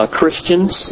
Christians